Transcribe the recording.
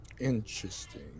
Interesting